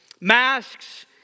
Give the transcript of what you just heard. Masks